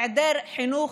בהיעדר חינוך,